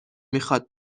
میخواد